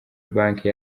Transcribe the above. banki